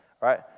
right